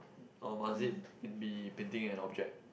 oh must it be painting an object